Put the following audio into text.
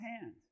hand